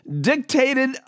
dictated